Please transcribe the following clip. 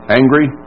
angry